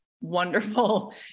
wonderful